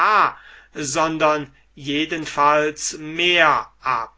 h sondern jedenfalls mehr ab